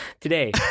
today